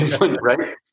Right